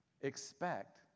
expect